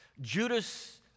Judas